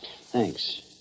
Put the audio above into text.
Thanks